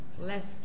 left